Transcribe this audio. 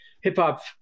hip-hop